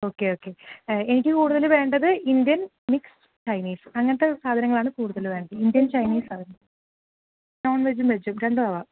okay okay എനിക്ക് കൂടുതൽ വേണ്ടത് ഇന്ത്യൻ മിക്സ് ചൈനീസ് അങ്ങനത്തെ സാധനങ്ങളാണ് കൂടുതൽ വേണ്ടത് ഇന്ത്യൻ ചൈനീസ് സാധനങ്ങൾ നോൺ വെജും വെജും രണ്ടും ആവാം